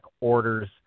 orders